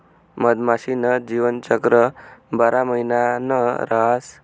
मधमाशी न जीवनचक्र बारा महिना न रहास